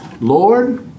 Lord